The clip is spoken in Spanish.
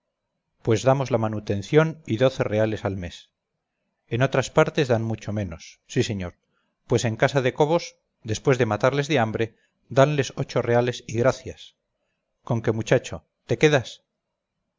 pues damos la mantención y doce reales al mes en otras partes dan mucho menos sí señor pues en casa de cobos después de matarles de hambre danles ocho reales y gracias con que muchacho te quedas